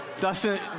Dustin